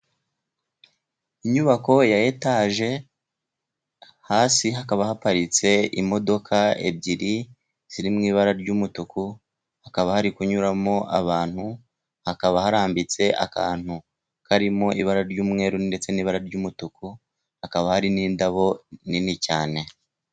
Inyubako ya etaje hasi hakaba haparitse imodoka ebyiri ziri mwibara ry'umutuku hakaba harikunyuramo abantu hakaba harambitse akantu Kari mwibara ibara ry'umweru ndetse ni ry'umutuku hakaba nindabo nini cyane.